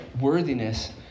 worthiness